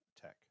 tech